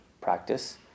practice